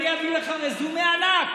אני אביא לך רזומה ענק